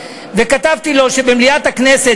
וכתבתי לו שבמליאת הכנסת,